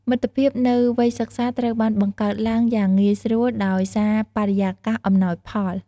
មិត្តភាពនៅវ័យសិក្សា ត្រូវបានបង្កើតឡើងយ៉ាងងាយស្រួលដោយសារបរិយាកាសអំណោយផល។